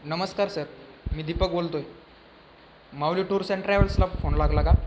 नमस्कार सर मी दीपक बोलतो आहे माऊली टूर्स अँड ट्रॅव्हल्सला फोन लागला का